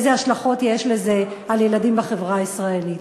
איזה השלכות יש לזה על ילדים בחברה הישראלית.